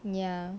ya